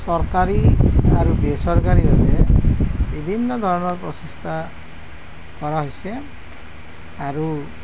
চৰকাৰী আৰু বেচৰকাৰীভাৱে বিভিন্ন ধৰণৰ প্ৰচেষ্টা কৰা হৈছে আৰু